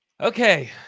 Okay